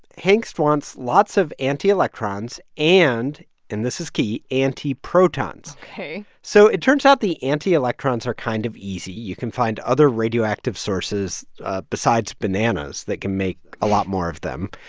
hangst wants lots of antielectrons and and this is key antiprotons ok so it turns out the antielectrons are kind of easy. you can find other radioactive sources besides bananas that can make a lot more of them.